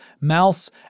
mouse